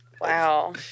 Wow